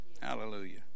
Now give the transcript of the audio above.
hallelujah